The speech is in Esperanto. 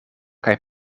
kaj